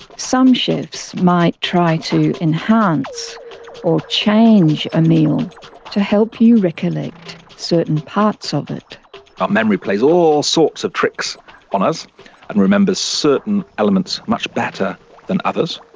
some chefs might try to enhance or change a meal to help you recollect certain parts of it. our memory plays all sorts of tricks on us and remembers certain elements much better than others.